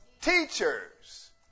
teachers